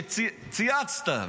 שצייצת,